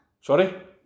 Sorry